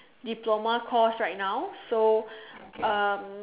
diploma course right now so um